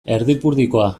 erdipurdikoa